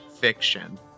fiction